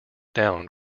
down